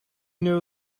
know